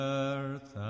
earth